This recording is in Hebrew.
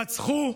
רצחו,